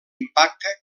impacte